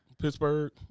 Pittsburgh